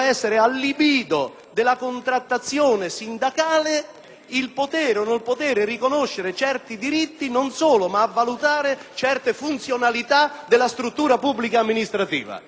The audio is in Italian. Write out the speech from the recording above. il poter o non poter riconoscere certi diritti, non solo, ma il valutare certe funzionalità della struttura pubblica amministrativa. Scusatemi, questo non rientra nella logica informatrice